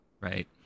right